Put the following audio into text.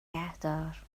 نگهدار